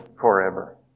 forever